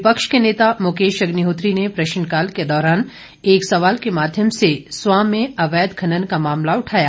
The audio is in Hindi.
विपक्ष के नेता मुकेश अग्निहोत्री ने प्रश्नकाल के दौरान एक सवाल के माध्यम से स्वां में अवैध खनन का मामला उठाया